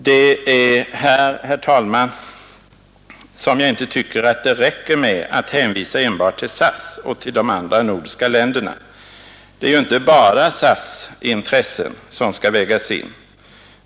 Det är här, herr talman, som jag inte tycker att det räcker med att hänvisa enbart till SAS och de andra nordiska länderna. Det är ju inte bara SAS:s intressen som skall vägas in.